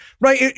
right